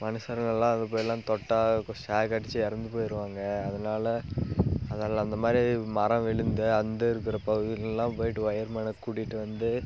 மனுஷனுங்கெல்லாம் அதை போயெலாம் தொட்டால் ஷாக் அடிச்சு இறந்து போயிடுவாங்க அதனால அதெல்லாம் அந்த மாதிரி மரம் விழுந்த அந்த இருக்கிற பகுதிகளெலாம் போய்விட்டு ஒயர் மேனை கூட்டிகிட்டு வந்து